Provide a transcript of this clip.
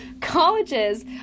colleges